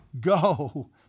go